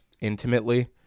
intimately